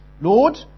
Lord